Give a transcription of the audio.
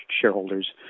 shareholders